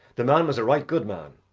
the man was a right good man,